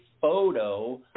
photo